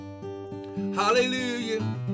Hallelujah